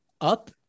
up